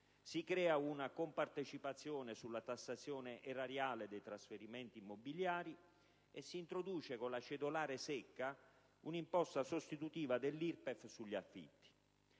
si crea una compartecipazione sulla tassazione erariale dei trasferimenti immobiliari, si introduce, con la cedolare secca, un'imposta sostitutiva dell'IRPEF sugli affitti.